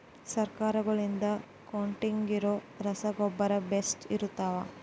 ಸರ್ಕಾರಗಳಿಂದ ಕೊಟ್ಟಿರೊ ರಸಗೊಬ್ಬರ ಬೇಷ್ ಇರುತ್ತವಾ?